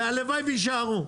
והלוואי ויישארו.